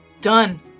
Done